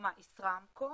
לדוגמה ישראמקו